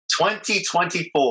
2024